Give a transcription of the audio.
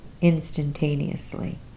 instantaneously